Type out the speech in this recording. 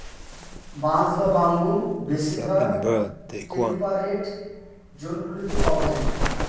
বাঁশ বা বাম্বু বেশিরভাগ টেম্পারেট জোনগুলিতে পাওয়া যায়